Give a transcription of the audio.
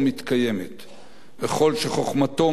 וכל שחוכמתו מרובה ממעשיו,